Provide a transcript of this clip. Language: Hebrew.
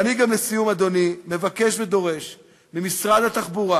אני גם, לסיום, אדוני, מבקש ודורש ממשרד התחבורה